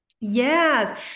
Yes